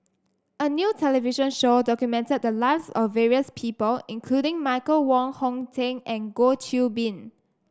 a new television show documented the lives of various people including Michael Wong Hong Teng and Goh Qiu Bin